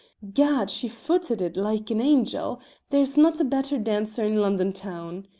gad! she footed it like an angel there's not a better dancer in london town.